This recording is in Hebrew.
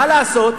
מה לעשות?